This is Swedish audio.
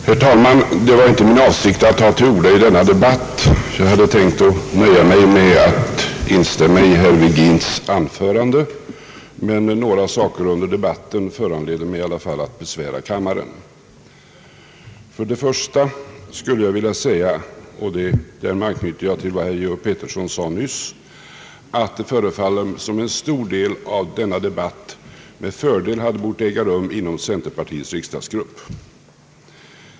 Herr talman! Det var inte min avsikt att ta till orda i denna debatt. Jag hade tänkt nöja mig med att instämma i herr Virgins anförande, men några inlägg under debatten föranleder mig att i alla fall besvära kammaren. Först vill jag säga — och därmed anknyter jag till vad herr Georg Pettersson sade nyss att det förefaller som om en stor del av denna debatt med fördel hade bort äga rum i centerpar tiets riksdagsgrupp.